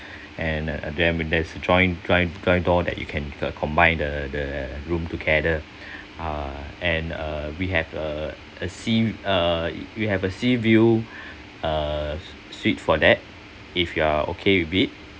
and uh then there is a joined joined joined door that you can combine the the room together uh and uh we have uh a sea uh you have a sea view uh suite for that if you are okay with it